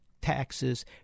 taxes